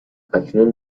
اکنون